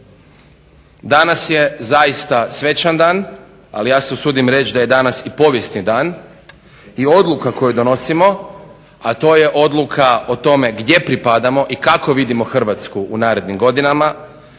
Danas je zaista svečan dan, ali ja se usudim reći da je danas i povijesni dan i odluka koju donosimo, a to je odluka o tome gdje pripadamo i kako vidimo Hrvatsku u narednim godinama